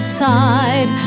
side